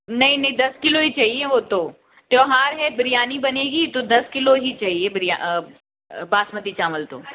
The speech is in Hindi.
नहीं नहीं दस किलो ही चाहिए वो तो त्यौहार है बिरयानी बनेगी तो दस किलो ही चाहिए बासमती चावल तो